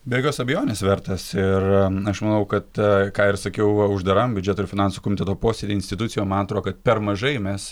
be jokios abejonės vertas ir aš manau kad ką ir sakiau uždaram biudžeto ir finansų komiteto posėdy institucijom man atro kad per mažai mes